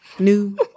new